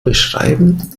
beschreiben